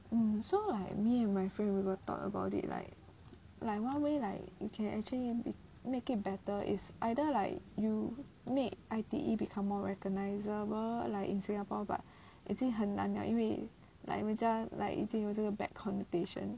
um so like me and my friend we got talk about it like like one way like you can actually make it better is either like you make I_T_E become more recognisable like in singapore but 已经很难了因为 like 人家 like 已经有这个 bad connotation